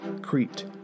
Crete